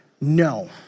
No